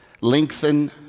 lengthen